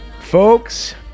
Folks